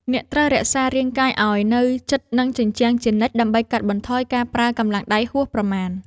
អ្នកត្រូវរក្សារាងកាយឱ្យនៅជិតនឹងជញ្ជាំងជានិច្ច ដើម្បីកាត់បន្ថយការប្រើកម្លាំងដៃហួសប្រមាណ។